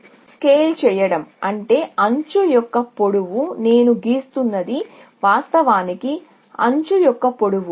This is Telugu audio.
ఇది స్కేల్ చేయడం అంటే ఎడ్జ్ యొక్క పొడవు నేను గీస్తున్నది వాస్తవానికి ఎడ్జ్ యొక్క పొడవు